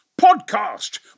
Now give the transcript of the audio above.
Podcast